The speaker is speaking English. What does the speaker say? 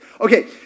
Okay